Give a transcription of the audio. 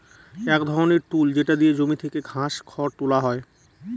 এক ধরনের টুল যেটা দিয়ে জমি থেকে ঘাস, খড় তুলা হয়